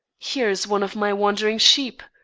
here is one of my wandering sheep!